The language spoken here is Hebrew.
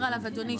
אדוני,